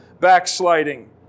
backsliding